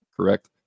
Correct